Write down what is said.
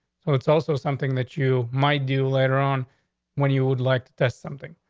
so it's also something that you might do later on when you would like to test something,